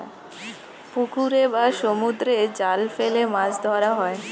পুকুরে বা সমুদ্রে জাল ফেলে মাছ ধরা হয়